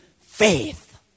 faith